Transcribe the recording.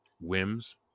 whims